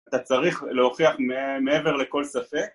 אתה צריך להוכיח מעבר לכל ספק